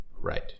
Right